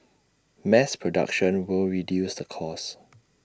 mass production will reduce the cost